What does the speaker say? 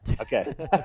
Okay